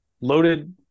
loaded